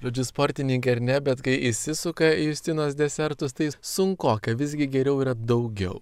žodžiu sportininkai ar ne bet kai įsisuka į justinos desertus tai sunkoka visgi geriau yra daugiau